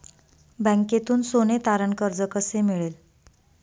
बँकेतून सोने तारण कर्ज कसे मिळेल?